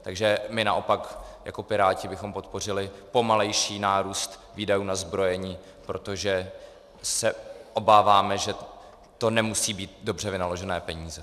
Takže my naopak jako Piráti bychom podpořili pomalejší nárůst výdajů na zbrojení, protože se obáváme, že to nemusí být dobře vynaložené peníze.